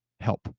help